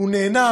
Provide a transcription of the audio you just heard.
והוא נהנה,